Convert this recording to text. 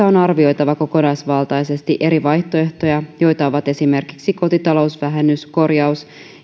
on arvioitava kokonaisvaltaisesti eri vaihtoehtoja joita ovat esimerkiksi kotitalousvähennys korjaus